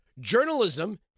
Journalism